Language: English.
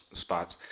spots